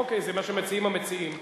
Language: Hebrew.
אוקיי, זה מה שמציעים המציעים.